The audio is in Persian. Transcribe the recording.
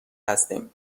هستیم